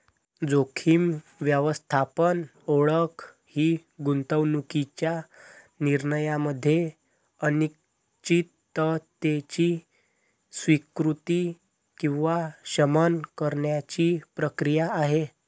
जोखीम व्यवस्थापन ओळख ही गुंतवणूकीच्या निर्णयामध्ये अनिश्चिततेची स्वीकृती किंवा शमन करण्याची प्रक्रिया आहे